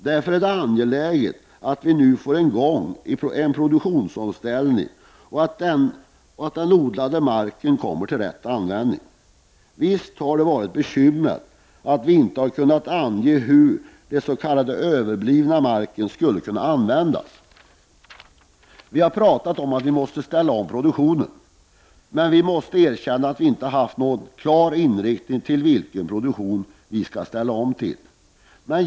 Därför är det angeläget att vi nu får i gång en produktionsomställning och att den odlade marken används på rätt sätt. Visst har det varit ett bekymmer att vi inte har kunnat ange hur den s.k. överblivna marken skulle kunna användas. Vi har talat om att produktionen måste ställas om. Men vi måste erkänna att vi inte har haft någon klar inrikning när det gällt valet av produktion.